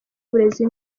uburezi